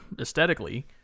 aesthetically